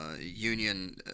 union